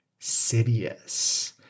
Sidious